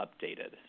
updated